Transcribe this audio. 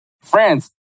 France